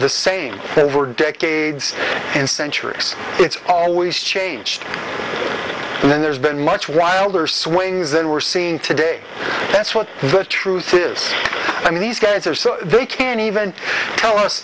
the same over decades and centuries it's always changed and then there's been much wilder swings than we're seeing today that's what the truth is i mean these guys are so they can't even tell us